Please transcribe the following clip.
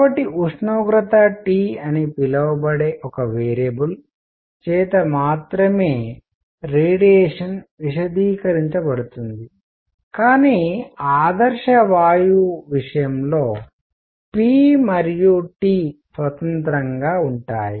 కాబట్టి ఉష్ణోగ్రత T అని పిలువబడే ఒక వేరియబుల్ చరరాశి చేత మాత్రమే రేడియేషన్ విశదీకరించబడుతుంది కానీ ఆదర్శ వాయువు విషయంలో p మరియు T స్వతంత్రంగా ఉంటాయి